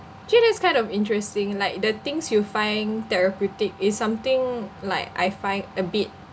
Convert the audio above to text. actually that's kind of interesting like the things you find therapeutic is something like I find a bit